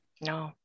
No